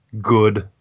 Good